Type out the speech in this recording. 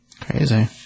Crazy